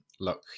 look